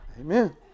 amen